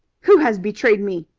who has betrayed me?